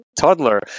toddler